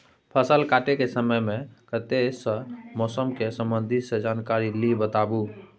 फसल काटय के समय मे कत्ते सॅ मौसम के संबंध मे जानकारी ली बताबू?